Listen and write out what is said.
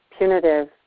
Punitive